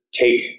take